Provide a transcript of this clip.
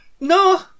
No